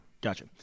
Gotcha